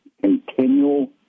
continual